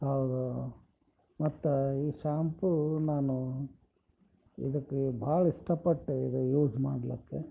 ಹೌದು ಮತ್ತೆ ಈ ಶಾಂಪೂ ನಾನು ಇದಕ್ಕೆ ಬಹಳ ಇಷ್ಟಪಟ್ಟೆ ಇದು ಯೂಸ್ ಮಾಡಲಿಕ್ಕೆ